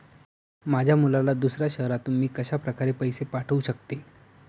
माझ्या मुलाला दुसऱ्या शहरातून मी कशाप्रकारे पैसे पाठवू शकते?